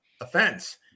offense